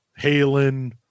Halen